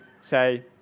say